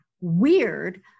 weird